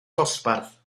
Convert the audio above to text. dosbarth